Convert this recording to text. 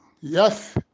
Yes